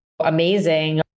amazing